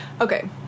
Okay